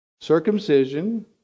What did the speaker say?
Circumcision